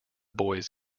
boys